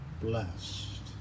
blessed